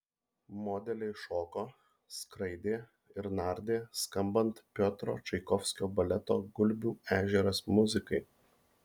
modeliai šoko skraidė ir nardė skambant piotro čaikovskio baleto gulbių ežeras muzikai